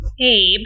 Abe